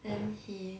then he